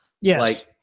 Yes